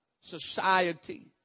society